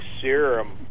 serum